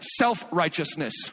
Self-righteousness